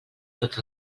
tots